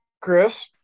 Chris